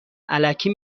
الکی